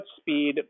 speed